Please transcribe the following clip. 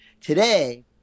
today